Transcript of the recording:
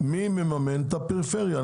מי מממן את הפריפריה?